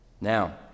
Now